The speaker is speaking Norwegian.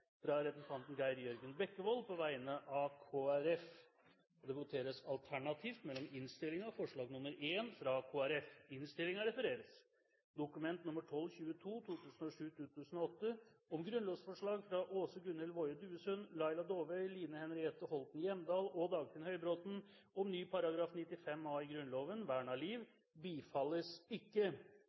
fra Åse Gunhild Woie Duesund, Laila Dåvøy, Line Henriette Holten Hjemdal og Dagfinn Høybråten om ny § 95 a i Grunnloven – bifalles.»